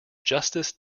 justice